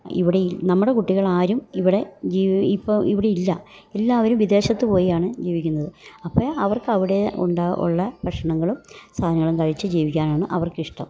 ഇവിടെ ഇ നമ്മുടെ കുട്ടികളാരും ഇവിടെ ജീവി ഇപ്പോൾ ഇവിടെയില്ല എല്ലാവരും വിദേശത്ത് പോയാണ് ജീവിക്കുന്നത് അപ്പം അവർക്കവിടെ ഉണ്ടാ ഉള്ള ഭക്ഷണങ്ങളും സാധനങ്ങളും കഴിച്ച് ജീവിക്കാനാണ് അവർക്കിഷ്ടം